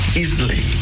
easily